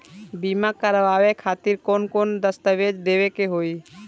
बीमा करवाए खातिर कौन कौन दस्तावेज़ देवे के होई?